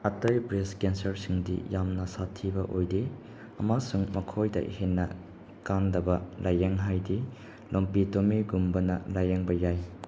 ꯑꯇꯩ ꯕ꯭ꯔꯦꯁ ꯀꯦꯟꯁꯔꯁꯤꯡꯗꯤ ꯌꯥꯝꯅ ꯁꯥꯊꯤꯕ ꯑꯣꯏꯗꯦ ꯑꯃꯁꯨꯡ ꯃꯈꯣꯏꯗ ꯍꯦꯟꯅ ꯀꯥꯝꯗꯕ ꯂꯥꯏꯌꯦꯡ ꯍꯥꯏꯗꯤ ꯂꯨꯝꯄꯦꯇꯣꯃꯤꯒꯨꯝꯕꯅ ꯂꯥꯏꯌꯦꯡꯕ ꯌꯥꯏ